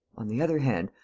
on the other hand,